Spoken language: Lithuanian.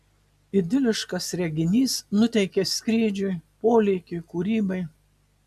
idiliškas reginys nuteikia skrydžiui polėkiui kūrybai